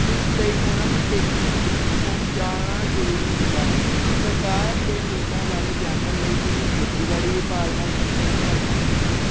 ਇਸ ਲਈ ਉਹਨਾਂ ਨੂੰ ਛੇਤੀ ਪਹੁੰਚਾਉਣਾ ਜ਼ਰੂਰੀ ਹੁੰਦਾ ਹੈ ਸਰਕਾਰ ਦੇ ਨਿਯਮਾਂ ਬਾਰੇ ਜਾਨਣ ਲਈ ਤੁਸੀਂ ਖੇਤੀਬਾੜੀ ਵਿਭਾਗ ਨਾਲ ਸੰਪਰਕ ਕਰ ਸਕਦੇ ਹੋ